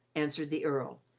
answered the earl,